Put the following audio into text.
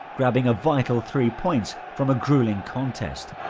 grabbing a vital three points from a gruelling contest.